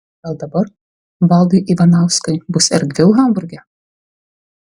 gal dabar valdui ivanauskui bus erdviau hamburge